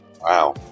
Wow